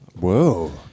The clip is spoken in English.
Whoa